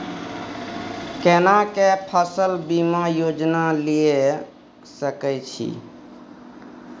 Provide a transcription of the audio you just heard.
केना के फसल बीमा योजना लीए सके छी?